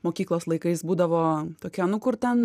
mokyklos laikais būdavo tokia nu kur ten